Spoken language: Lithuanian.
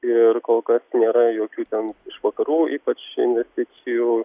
ir kol kas nėra jokių ten vakarų ypač investicijų